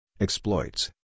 exploits